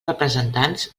representants